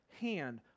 hand